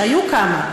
שהיו כמה,